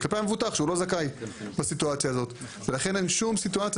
אלא כלפי המבוטח שהוא לא זכאי בסיטואציה הזאת ולכן אין שום סיטואציה